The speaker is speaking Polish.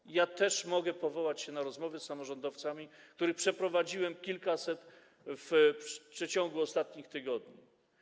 I ja też mogę powołać się na rozmowy z samorządowcami, których przeprowadziłem kilkaset w przeciągu ostatnich tygodni.